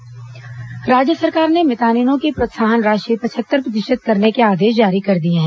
मितानिन प्रोत्साहन राशि राज्य सरकार ने मितानिनों की प्रोत्साहन राशि पचहत्तर प्रतिशत करने के आदेश जारी कर दिए हैं